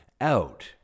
out